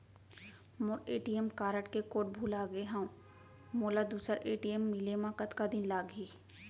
मोर ATM card के code भुला गे हव, मोला दूसर ए.टी.एम मिले म कतका दिन लागही?